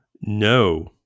No